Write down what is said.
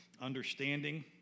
understanding